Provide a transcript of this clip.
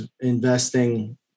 investing